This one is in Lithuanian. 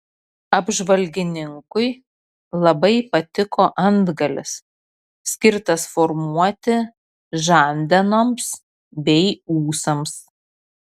apžvalgininkui labai patiko antgalis skirtas formuoti žandenoms bei ūsams